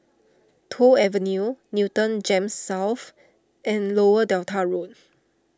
Toh Avenue Newton Gems South and Lower Delta Road